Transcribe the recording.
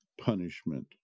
punishment